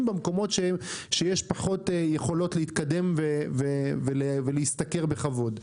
שם לא יוכלו להתקדם מבחינת תעסוקתית ולהשתכר בכבוד.